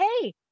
hey